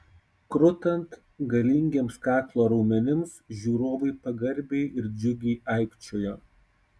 krutant galingiems kaklo raumenims žiūrovai pagarbiai ir džiugiai aikčiojo